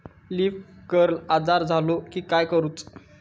Leaf curl आजार झालो की काय करूच?